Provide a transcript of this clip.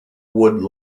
wood